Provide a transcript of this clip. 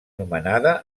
nomenada